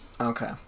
Okay